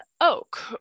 oak